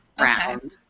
round